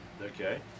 Okay